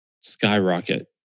skyrocket